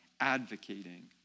advocating